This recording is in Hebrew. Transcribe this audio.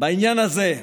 בעניין הזה,